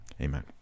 amen